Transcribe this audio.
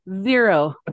zero